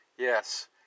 Yes